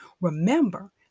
Remember